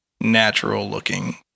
natural-looking